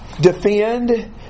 Defend